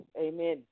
amen